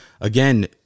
again